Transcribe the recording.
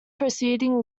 proceeding